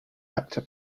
actor